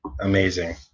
Amazing